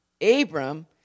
Abram